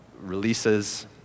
releases